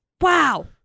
wow